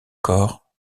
corps